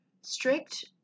strict